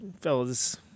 fellas